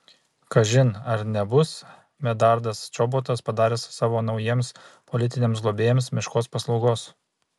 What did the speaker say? kažin ar nebus medardas čobotas padaręs savo naujiems politiniams globėjams meškos paslaugos